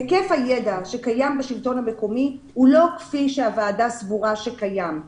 היקף הידע שקיים בשלטון המקומי הוא לא כפי שהוועדה סבורה שקיים.